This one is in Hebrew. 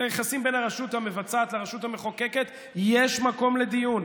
על היחסים בין הרשות המבצעת לרשות המחוקקת יש מקום לדיון,